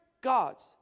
gods